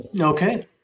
Okay